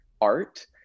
art